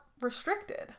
restricted